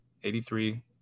83